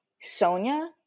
Sonia